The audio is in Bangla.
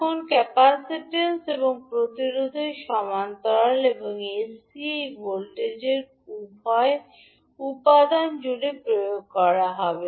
এখন ক্যাপাসিট্যান্স এবং প্রতিরোধের সমান্তরাল এবং 𝑠𝐶 এই ভোল্টেজ উভয় উপাদান জুড়ে প্রয়োগ করা হবে